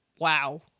Wow